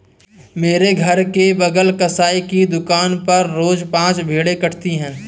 मेरे घर के बगल कसाई की दुकान पर रोज पांच भेड़ें कटाती है